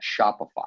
Shopify